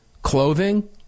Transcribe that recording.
Clothing